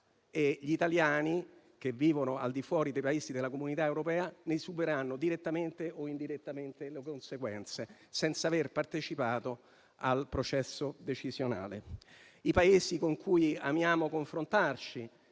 e gli italiani che vivono al di fuori dei Paesi della Comunità europea ne subiranno direttamente o indirettamente le conseguenze senza aver partecipato al processo decisionale. I Paesi con cui amiamo confrontarci,